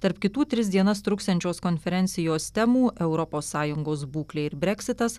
tarp kitų tris dienas truksiančios konferencijos temų europos sąjungos būklę ir breksitas